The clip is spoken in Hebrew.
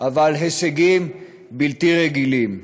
אבל ההישגים בלתי רגילים.